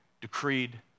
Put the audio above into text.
decreed